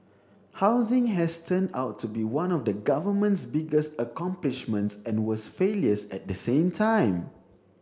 housing has turned out to be one of the government's biggest accomplishments and worst failures at the same time